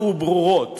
ברורות